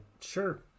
Sure